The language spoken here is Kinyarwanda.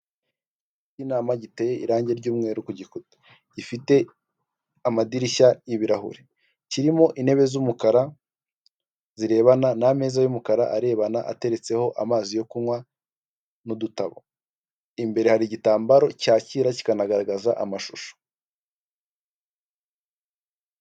Cy'inama giteye irangi ry'umweru ku gikuta gifite amadirishya y'ibirahure kirimo intebe z'umukara zirebana, n'ameza y'umukara arebana ateretseho amazi yo kunywa n'udutabo. Imbere hari igitambaro cyakira kikanagaragaza amashusho.